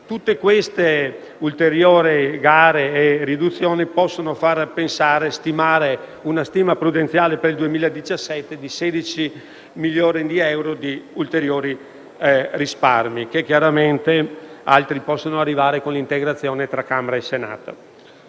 Tutte queste ulteriori gare e riduzioni possono indurci a effettuare una stima prudenziale per il 2017 di 16 milioni di euro di ulteriori risparmi e altri possono arrivare con l'integrazione tra Camera e Senato.